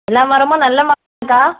எல்லா மரமும் நல்ல மரமாக இருக்கா